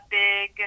big